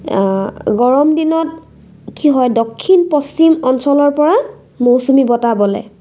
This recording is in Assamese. গৰমদিনত কি হয় দক্ষিণ পশ্চিম অঞ্চলৰপৰা মৌচুমী বতাহ বলে